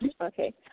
Okay